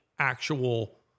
actual